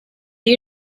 you